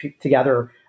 together